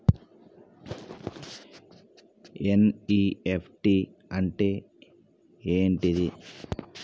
NEFT అంటే ఏంటిది?